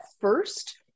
first